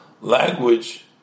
language